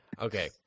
Okay